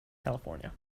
california